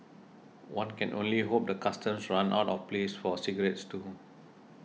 one can only hope the Customs runs out of place for cigarettes too